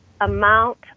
amount